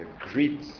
great